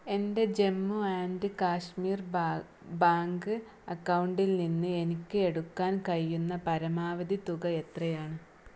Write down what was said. എൻ്റെ Jammu and Kashmir bank അക്കൗണ്ടിൽ നിന്ന് എനിക്ക് എടുക്കാൻ കഴിയുന്ന പരമാവധി തുക എത്രയാണ്